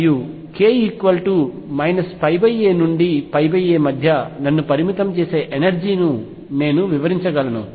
మరియు k πa నుండి πa మధ్య నన్ను పరిమితం చేసే ఎనర్జీ ను నేను వివరించగలను